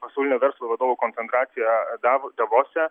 pasaulinio verslo vadovų koncentracija dav davose